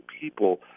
people